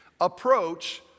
approach